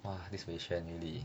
!wah! this position~